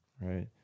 Right